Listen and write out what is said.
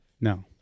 no